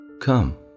Come